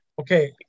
okay